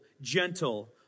gentle